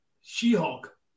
She-Hulk